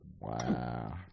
Wow